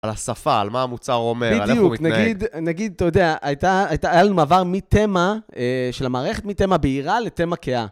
על השפה, על מה המוצר אומר, על איפה הוא מתנהג. בדיוק, נגיד, נגיד, אתה יודע, הייתה, הייתה, הייתה לנו מעבר מתמא, של המערכת, מתמא בהירה לטמא כהה.